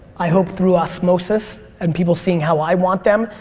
i hope through osmosis and people seeing how i want them.